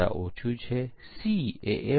V life cycle model પરીક્ષણ માટે વિશેષ છે